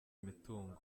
imitungo